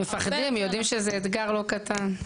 מפחדים יודעים שזה אתגר לא קטן.